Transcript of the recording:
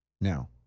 now